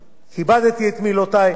והיום אנחנו קוצרים פה את הפירות